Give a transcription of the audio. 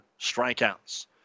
strikeouts